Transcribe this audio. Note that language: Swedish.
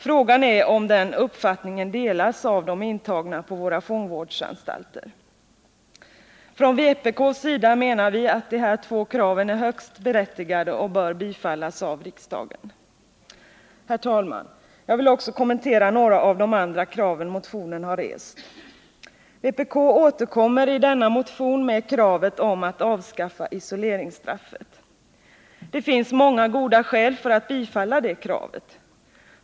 Frågan är om den uppfattningen delas av de intagna på våra fångvårdsanstalter. Vpk menar att de här två kraven är högst berättigade och bör bifallas av riksdagen. Herr talman! Jag vill också kommentera några av de andra kraven som har rests i motionen. Vpk återkommer i denna motion med kravet om att avskaffa isoleringsstraffet. Det finns många goda skäl för att bifalla det kravet.